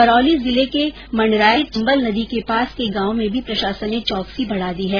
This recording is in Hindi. करौली जिले के मंडरायल में चंबल नदी के पास के गांव में भी प्रशासन ने चौकसी बढ़ा दी है